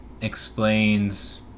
explains